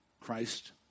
Christ